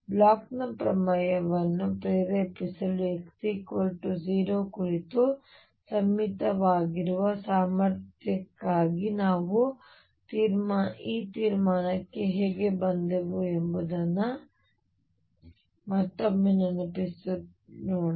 ಬ್ಲೋಚ್ನ ಪ್ರಮೇಯವನ್ನು ಪ್ರೇರೇಪಿಸಲು x 0 ಕುರಿತು ಸಮ್ಮಿತೀಯವಾಗಿರುವ ಸಾಮರ್ಥ್ಯಕ್ಕಾಗಿ ನಾವು ಈ ತೀರ್ಮಾನಕ್ಕೆ ಹೇಗೆ ಬಂದೆವು ಎಂಬುದನ್ನು ಮತ್ತೊಮ್ಮೆ ನೆನಪಿಸೋಣ